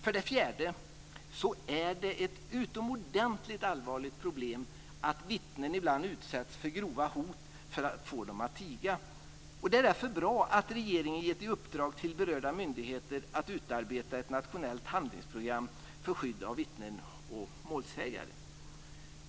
För det fjärde är det ett utomordentligt allvarligt problem att vittnen ibland utsätts för grova hot för att de ska tiga. Därför är det bra att regeringen har gett i uppdrag till berörda myndigheter att utarbeta ett nationellt handlingsprogram för skydd av vittnen och målsägare.